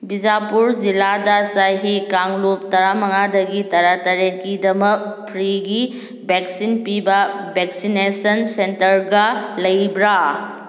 ꯕꯤꯖꯥꯄꯨꯔ ꯖꯤꯂꯥꯗ ꯆꯍꯤ ꯀꯥꯡꯂꯨꯞ ꯇꯔꯥꯃꯉꯥꯗꯒꯤ ꯇꯔꯥꯇꯔꯦꯠꯀꯤꯗꯃꯛ ꯐ꯭ꯔꯤꯒꯤ ꯚꯦꯛꯁꯤꯟ ꯄꯤꯕ ꯚꯦꯛꯁꯤꯅꯦꯁꯟ ꯁꯦꯟꯇꯔꯒ ꯂꯩꯕ꯭ꯔꯥ